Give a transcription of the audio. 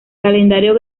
calendario